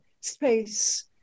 space